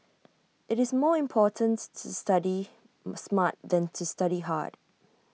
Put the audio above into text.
IT is more important to to study smart than to study hard